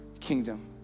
kingdom